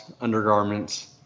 undergarments